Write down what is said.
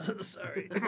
Sorry